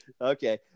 Okay